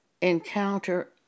encounter